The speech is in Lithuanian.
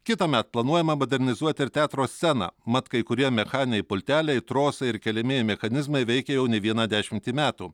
kitąmet planuojama modernizuoti ir teatro sceną mat kai kurie mechaniniai pulteliai trosai ir keliamieji mechanizmai veikia jau ne vieną dešimtį metų